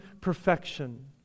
perfection